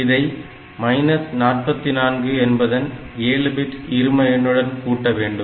இதை 44 என்பதன் 7 பிட் இரும எண்ணுடன் கூட்ட வேண்டும்